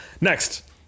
Next